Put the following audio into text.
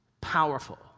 Powerful